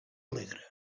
alegre